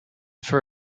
for